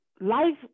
life